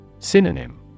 Synonym